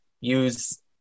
use